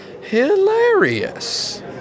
hilarious